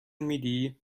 میدی